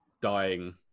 dying